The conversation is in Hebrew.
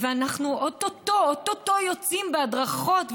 ו"אנחנו או-טו-טו יוצאים בהדרכות,